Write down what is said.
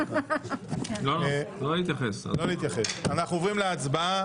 אז אנחנו עוברים להצבעה.